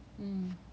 forty people